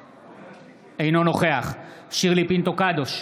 אינו נוכח שירלי פינטו קדוש,